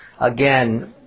Again